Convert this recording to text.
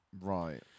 Right